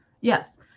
yes